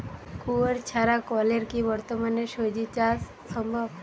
কুয়োর ছাড়া কলের কি বর্তমানে শ্বজিচাষ সম্ভব?